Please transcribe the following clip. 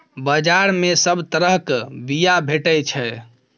बजार मे सब तरहक बीया भेटै छै